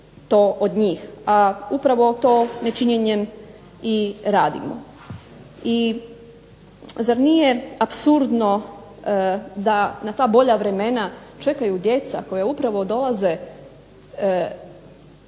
to od njih, a upravo to nečinjenjem i radimo. I zar nije apsurdno da na ta bolja vremena čekaju djeca koja upravo dolaze iz